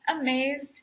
amazed